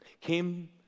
came